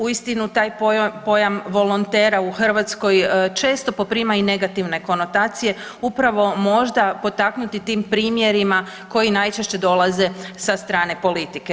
Uistinu, taj pojam volontera u Hrvatskoj često poprima i negativne konotacije, upravo možda potaknuti tim primjerima koji najčešće dolaze sa strane politike.